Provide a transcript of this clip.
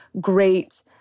great